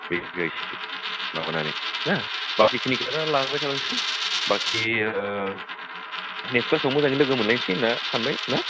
बेनो जाहैसिगोन माबानानै हो बाखि खिनिखौ माबाना लांबाय थानोसै बाखि नेक्सट क्लासाव मोजाङै लोगो मोनलायसै होन्ना सानबाय ना